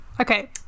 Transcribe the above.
okay